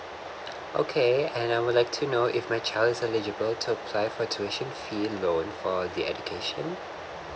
okay and I would like to know if my child is eligible to apply for tuition fee loan for the education